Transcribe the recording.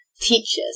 teachers